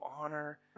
honor